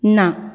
ना